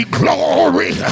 glory